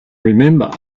remember